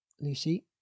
Lucy